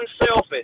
unselfish